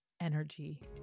energy